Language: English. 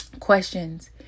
questions